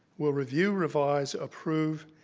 will review, revise, approve,